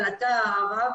כלתה ההרה,